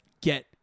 get